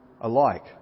alike